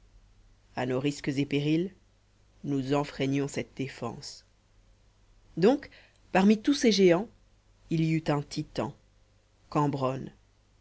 à nos risques et périls nous enfreignons cette défense donc parmi tous ces géants il y eut un titan cambronne